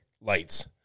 lights